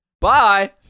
Bye